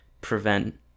prevent